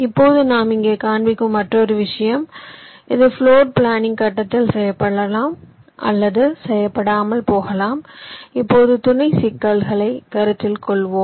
இப்போது நாம் இங்கே காண்பிக்கும் மற்றொரு விஷயம் இது பிளோர் பிளானிங் கட்டத்தில் செய்யப்படலாம் அல்லது செய்யப்படாமல் போகலாம் இப்போது துணை சிக்கலை கருத்தில் கொள்வோம்